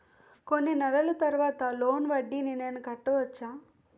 కొన్ని నెలల తర్వాత లోన్ వడ్డీని నేను కట్టవచ్చా?